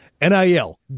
NIL